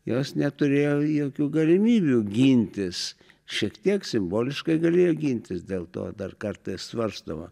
jos neturėjo jokių galimybių gintis šiek tiek simboliškai galėjo gintis dėl to dar kartais svarstoma